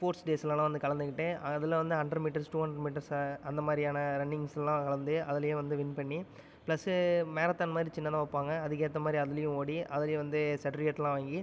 sports டேஸ்லலாம் வந்து கலந்துக்கிட்டு அதில் வந்து hundred metres to hundred metres அந்தமாதிரியான ரன்னிங்ஸ்லாம் கலந்து அதிலியும் வந்து வின் பண்ணி ப்ளஸ் மேரத்தான் மாதிரி சின்னதாக வைப்பாங்க அதுக்கு ஏற்ற மாதிரி அதிலியும் ஓடி அதிலியும் வந்து செர்டிவிகேட்லாம் வாங்கி